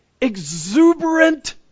exuberant